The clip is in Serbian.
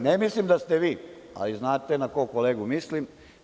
Ne mislim da ste vi, ali znate na kog kolegu mislim.